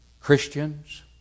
Christians